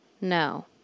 No